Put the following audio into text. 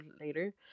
later